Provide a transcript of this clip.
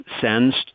sends